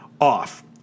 Off